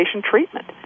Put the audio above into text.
treatment